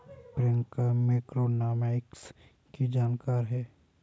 Priyanka macroeconomics की जानकार है